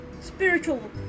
spiritual